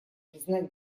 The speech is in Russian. признать